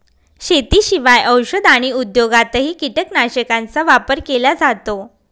शेतीशिवाय औषध आणि उद्योगातही कीटकनाशकांचा वापर केला जातो